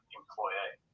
employee